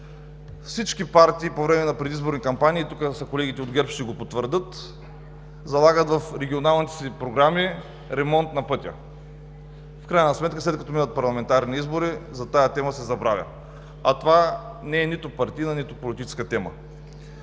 Всички партии по време на предизборни кампании, тук са колегите от ГЕРБ – ще го потвърдят, залагат в регионалните си програми ремонт на пътя. В крайна сметка след като минат парламентарните избори, тази тема се заравя, а това не е нито партийна, нито политическа тема.